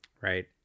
Right